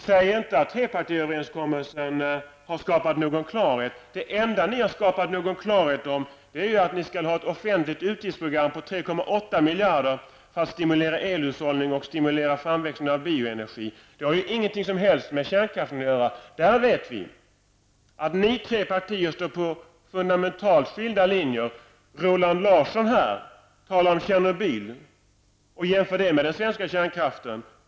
Säg inte att trepartiöverenskommelsen har skapat någon klarhet. Det enda ni har skapat någon klarhet om är att ni skall ha ett offentligt utgiftsprogram på 3,8 miljarder för att stimulera elhushållning och framväxt av bioenergi. Det har ingenting med kärnkraften att göra. Där vet vi att ni tre partiet står för fundamentalt skilda linjer. Roland Larsson talar här om Tjernobyl och jämför det med den svenska kärnkraften.